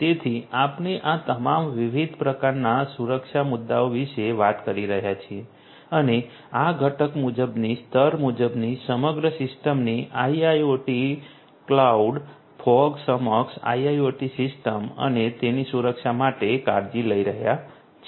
તેથી આપણે આ તમામ વિવિધ પ્રકારના સુરક્ષા મુદ્દાઓ વિશે વાત કરી રહ્યા છીએ અને આ ઘટક મુજબની સ્તર મુજબની સમગ્ર સિસ્ટમની આઈઆઈઓટી કલોઉડ ફોગ સક્ષમ આઈઆઈઓટી સિસ્ટમ અને તેની સુરક્ષા માટે કાળજી લઈ રહ્યા છીએ